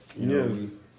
Yes